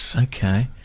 okay